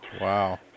Wow